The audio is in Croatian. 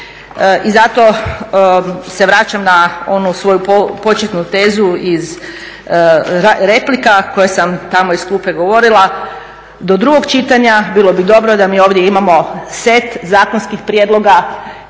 i zato se vraćam na onu svoju početnu tezu iz replika koju sam tamo iz klupe govorila, do drugog čitanja bilo bi dobro da mi ovdje imamo set zakonskih prijedloga